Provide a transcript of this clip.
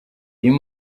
uyu